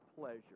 pleasure